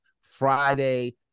Friday